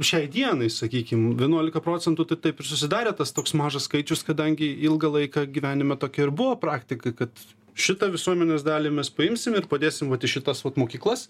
šiai dienai sakykime vienuolika procentų tai taip ir susidarė tas toks mažas skaičius kadangi ilgą laiką gyvenime tokia ir buvo praktika kad šitą visuomenės dalį mes paimsim ir padėsim vat į šitas vat mokyklas